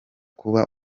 kuba